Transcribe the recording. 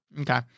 Okay